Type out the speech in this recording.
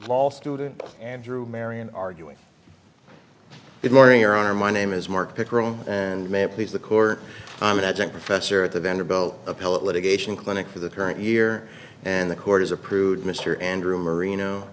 false student andrew marion arguing good morning your honor my name is mark pick wrong and ma'am please the court i'm an adjunct professor at the vanderbilt appellate litigation clinic for the current year and the court is approved mr andrew marino